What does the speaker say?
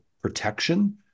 protection